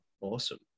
Awesome